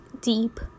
deep